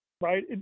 Right